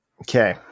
Okay